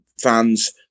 fans